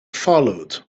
followed